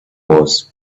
was